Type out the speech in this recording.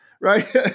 Right